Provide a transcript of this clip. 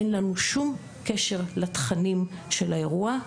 אין לנו שום קשר לתכנים של האירוע,